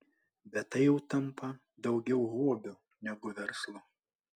bet tai jau tampa daugiau hobiu negu verslu